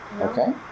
Okay